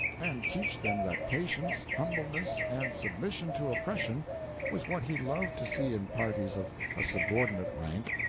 and teach them that patience, humbleness, and submission to oppression was what he loved to see in parties of a subordinate rank,